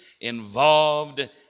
involved